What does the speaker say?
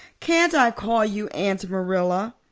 can't i call you aunt marilla?